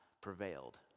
prevailed